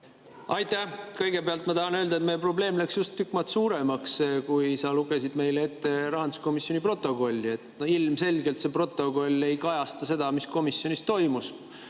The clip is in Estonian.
tahan kõigepealt öelda, et meie probleem läks just tükk maad suuremaks, kui sa lugesid meile ette rahanduskomisjoni protokolli. No ilmselgelt see protokoll ei kajasta seda, mis komisjonis toimus,